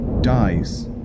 dies